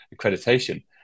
accreditation